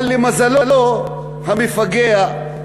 אבל למזלו, ה"מפגע",